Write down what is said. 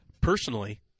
Personally